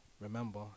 remember